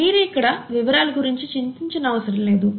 మీరు ఇక్కడ వివరాల గురించి చింతించనవసరం లేదు